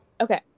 Okay